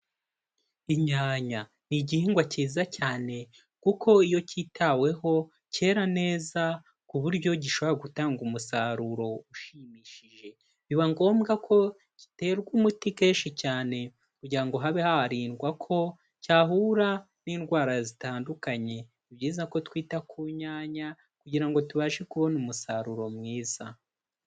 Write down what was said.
Inyanya ni igihingwa kiza cyane, kuko iyo kitaweho cyera neza ku buryo gishobora gutanga umusaruro ushimishije. Biba ngombwa ko giterwa umuti kenshi cyane kugira ngo habe haririndwa ko cyahura n'indwara zitandukanye. Ni byiza ko twita kuyanya kugira ngo tubashe kubona umusaruro mwiza.